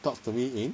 talk to me in